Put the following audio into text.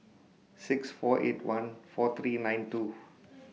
six four eight one four three nine two